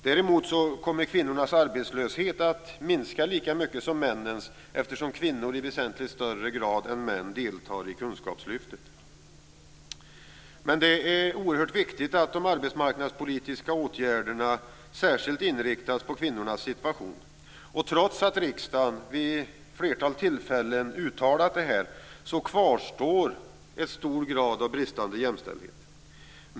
Däremot kommer kvinnornas arbetslöshet att minska lika mycket som männens eftersom kvinnor i väsentligt större grad än män deltar i kunskapslyftet. Det är oerhört viktigt att de arbetsmarknadspolitiska åtgärderna särskilt inriktas på kvinnornas situation. Trots att riksdagen vid ett flertal tillfällen uttalat detta kvarstår den bristande jämställdheten.